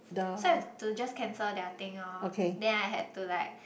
so I have to just cancel their thing loh then I had to like